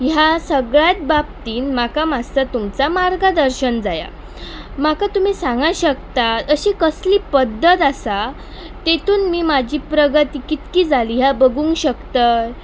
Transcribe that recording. ह्या सगळ्यांत बाबतीन म्हाका मात्सो तुमचा मार्गदर्शन जाय म्हाका तुमी सांगूं शकता अशी कसली पद्दत आसा तातूंत मी म्हजी प्रगती कितकी जाली हें बगूंक शकतय